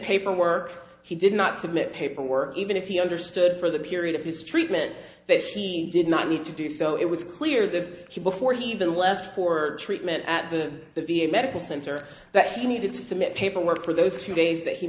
paperwork he did not submit paperwork even if he understood for the period of his treatment that she did not need to do so it was clear that she before he even left for treatment at the v a medical center that he did submit paperwork for those two days that he